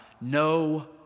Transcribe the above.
no